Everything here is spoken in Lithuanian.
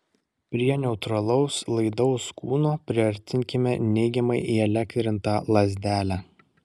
prie neutralaus laidaus kūno priartinkime neigiamai įelektrintą lazdelę